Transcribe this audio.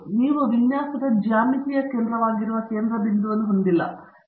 ಆದರೆ ನೀವು ವಿನ್ಯಾಸದ ಜ್ಯಾಮಿತೀಯ ಕೇಂದ್ರವಾಗಿರುವ ಕೇಂದ್ರಬಿಂದುವನ್ನು ಹೊಂದಿಲ್ಲ